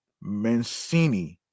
mancini